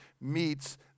meets